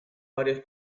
varios